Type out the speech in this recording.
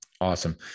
Awesome